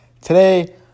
Today